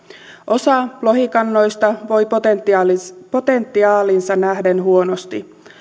osa lohikannoista voi potentiaaliinsa nähden huonosti